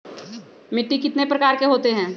मिट्टी कितने प्रकार के होते हैं?